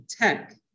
Tech